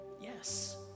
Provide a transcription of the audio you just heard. Yes